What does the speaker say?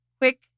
Quick